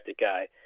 guy